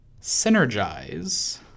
Synergize